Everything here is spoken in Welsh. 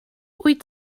wyt